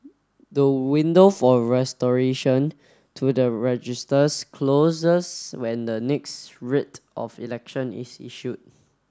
the window for restoration to the registers closes when the next writ of election is issued